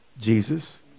Jesus